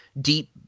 deep